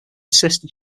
sister